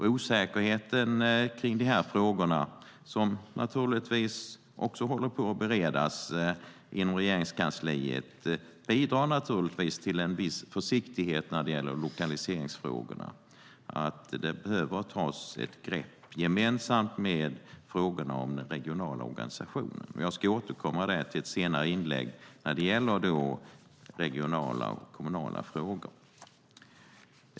Osäkerheten kring dessa frågor, som också håller på att beredas inom Regeringskansliet, bidrar naturligtvis till en viss försiktighet i lokaliseringsfrågorna. Det behöver tas ett gemensamt grepp med frågorna om den regionala organisationen. Jag ska återkomma till det i ett senare inlägg när det gäller regionala och kommunala frågor.